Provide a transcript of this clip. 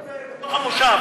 זה יהיה בתוך המושב.